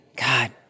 God